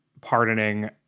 pardoning